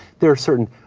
there are certain,